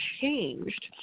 changed